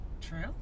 True